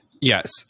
yes